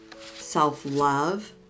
self-love